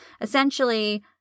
essentially